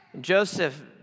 Joseph